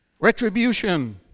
retribution